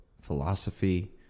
philosophy